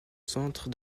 centre